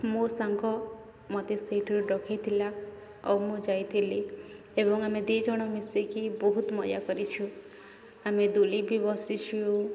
ମୋ ସାଙ୍ଗ ମୋତେ ସେଇଠାରୁ ଡ଼କେଇଥିଲା ଓ ମୁଁ ଯାଇଥିଲି ଏବଂ ଆମେ ଦୁଇ ଜଣ ମିଶିକି ବହୁତ ମଜା କରିଛୁ ଆମେ ଦୁଲି ବି ବସିଛୁ